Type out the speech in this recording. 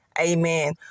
Amen